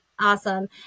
Awesome